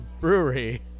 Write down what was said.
brewery